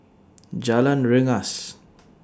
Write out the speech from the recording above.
Jalan Rengas